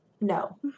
no